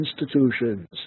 institutions